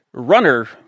runner